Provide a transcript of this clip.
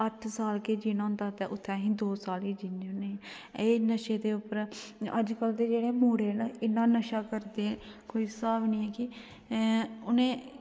जित्थे अट्ट साल गै जीना होंदा ते उत्थे असें दो साल गै जीने होन्ने एह् नशे दे उप्पर अज्जकल दे जेह्ड़े मुड़े न इ'न्ना नशा करदे कोई स्हाब नेईं कि ऐं उ'नें